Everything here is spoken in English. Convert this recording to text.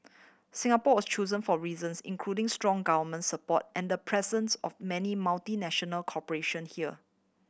Singapore was chosen for reasons including strong government support and the presence of many multinational corporation here